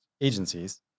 agencies